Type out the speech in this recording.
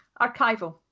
archival